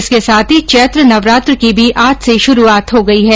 इसके साथ ही चैत्र नवरात्र की भी आज से शुरूआत हो गई है